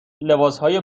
لباسهای